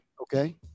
Okay